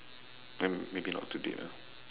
may~ maybe not today lah